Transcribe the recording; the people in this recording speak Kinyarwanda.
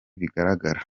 bigaragara